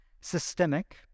systemic